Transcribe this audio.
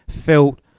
felt